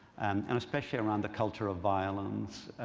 and especially around the culture of violence,